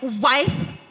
wife